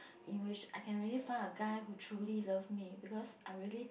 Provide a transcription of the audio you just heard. in which I can really find a guy who truly love me because I really